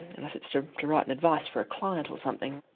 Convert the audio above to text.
unless it's to write an advice for client, or something.